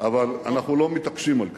אבל אנחנו לא מתעקשים על כך.